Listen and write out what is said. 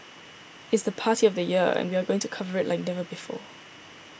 it's the party of the year and we are going to cover it like never before